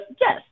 Yes